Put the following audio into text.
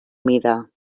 mida